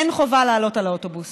אין חובה לעלות על האוטובוס.